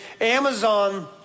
Amazon